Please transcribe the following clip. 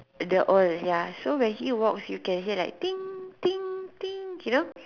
the old ya so when he walks you can hear like Ding Ding Ding you know